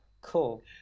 Cool